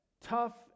tough